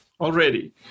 already